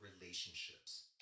relationships